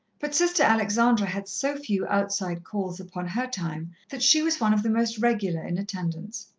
but sister alexandra had so few outside calls upon her time that she was one of the most regular in attendance.